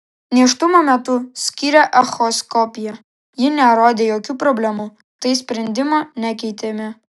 nėštumo metu skyrė echoskopiją ji nerodė jokių problemų tai sprendimo nekeitėme